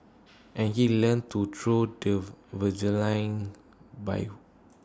and he learnt to throw the javelin by